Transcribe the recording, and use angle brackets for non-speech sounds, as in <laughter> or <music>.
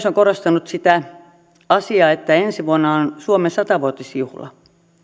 <unintelligible> on korostanut sitä asiaa että ensi vuonna on suomen satavuotisjuhla